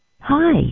Hi